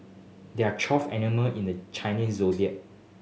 there are twelve animal in the Chinese Zodiac